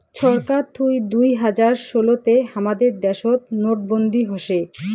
ছরকার থুই দুই হাজার ষোলো তে হামাদের দ্যাশোত নোটবন্দি হসে